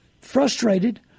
frustrated